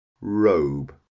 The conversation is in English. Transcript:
Robe